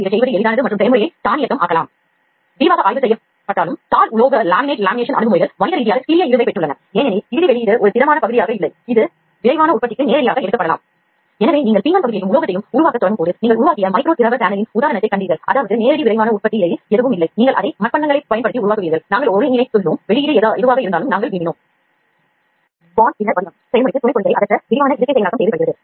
இந்த பொருள் ஒரு ஜெல் வடிவத்தில் உற்பத்தி செய்யப்பட்டு துளை மூலம் வெளியேற்றப்படுகிறது